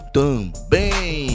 também